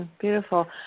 Beautiful